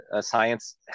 science